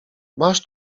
masz